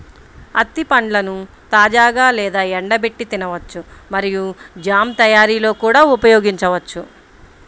అత్తి పండ్లను తాజాగా లేదా ఎండబెట్టి తినవచ్చు మరియు జామ్ తయారీలో కూడా ఉపయోగించవచ్చు